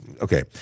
okay